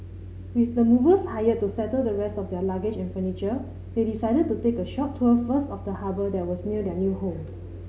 with the movers hired to settle the rest of their luggage and furniture they decided to take a short tour first of the harbour that was near their new home